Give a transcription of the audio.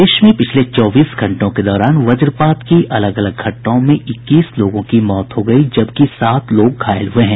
प्रदेश में पिछले चौबीस घंटों के दौरान वज्रपात की अलग अलग घटनाओं में इक्कीस लोगों की मौत हो गयी जबकि सात लोग घायल हुये हैं